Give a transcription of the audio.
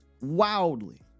Wildly